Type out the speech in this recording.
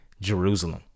Jerusalem